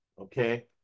okay